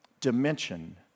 dimension